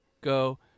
go